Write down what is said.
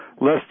less